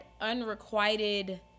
unrequited